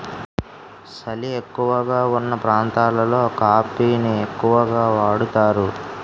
సలి ఎక్కువగావున్న ప్రాంతాలలో కాఫీ ని ఎక్కువగా వాడుతారు